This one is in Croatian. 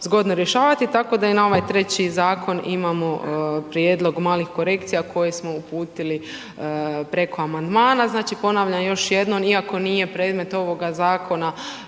zgodno rješavati, tako da i na ovaj treći zakon imamo prijedlog, malih korekcija koje smo uputili preko amandmana. Znači, ponavljam još jednom, iako nije predmet ovoga zakona,